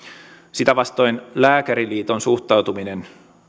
sitä vastoin lääkäriliiton suhtautuminen